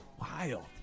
Wild